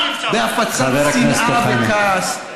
עסוקה כל היום בהפצת קנאה וכעס,